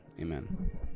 Amen